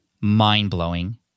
mind-blowing